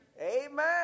amen